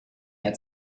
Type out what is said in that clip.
had